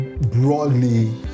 broadly